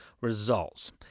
results